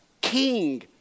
king